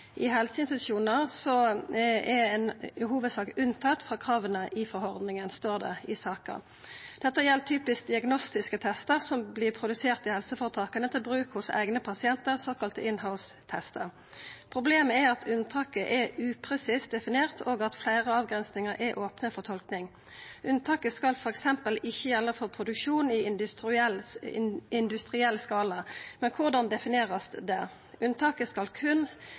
i helseinstitusjonar, er ein i hovudsak unntatt frå krava i forordningane, står det i saka. Dette gjeld typisk diagnostiske testar som vert produserte i helseføretaka til bruk hos eigne pasientar, såkalla «in house»-testar. Problemet er at unntaket er upresist definert, og at fleire avgrensingar er opne for tolking. Unntaket skal f.eks. ikkje gjelda for produksjon i industriell skala. Men korleis definerer ein det? Unntaket skal